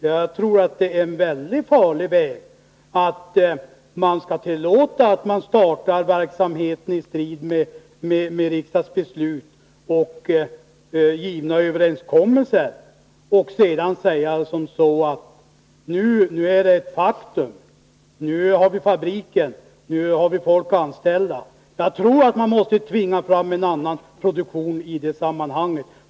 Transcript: Jag tror att det är en väldigt farlig väg att tillåta att det startas en verksamhet i strid mot riksdagsbeslut och träffade överenskommelser och sedan säga: Nu är det ett faktum, för nu har vi fabriken, nu har vi folk anställt. Jag tror att man måste tvinga fram en annan produktion i det sammanhanget.